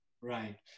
Right